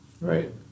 Right